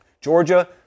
Georgia